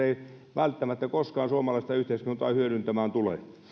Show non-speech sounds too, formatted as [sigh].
[unintelligible] ei välttämättä koskaan suomalaista yhteiskuntaa hyödyttämään tule